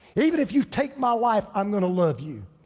even if you take my wife, i'm gonna love you.